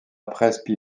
presse